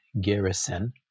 garrison